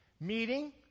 Meeting